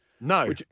No